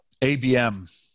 ABM